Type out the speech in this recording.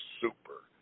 super